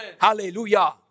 Hallelujah